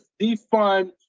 defund